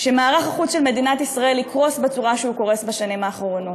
שמערך החוץ של מדינת ישראל יקרוס בצורה שהוא קורס בשנים האחרונות.